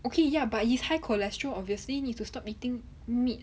okay ya but his high cholesterol obviously needs to stop eating meat